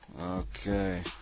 Okay